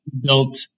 built